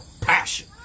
passion